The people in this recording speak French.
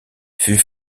fut